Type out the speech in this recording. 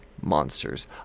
monsters